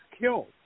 killed